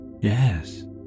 Yes